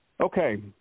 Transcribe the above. okay